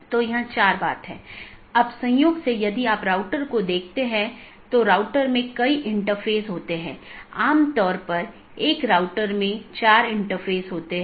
और जब यह विज्ञापन के लिए होता है तो यह अपडेट संदेश प्रारूप या अपडेट संदेश प्रोटोकॉल BGP में उपयोग किया जाता है हम उस पर आएँगे कि अपडेट क्या है